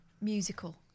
Musical